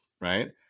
right